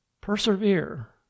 Persevere